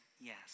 yes